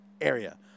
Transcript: area